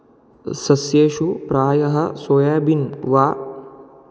सस्येषु प्रायः soya bean वा